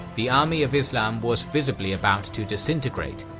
the army of islam was visibly about to disintegrate,